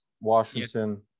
Washington